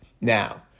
Now